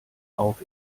auf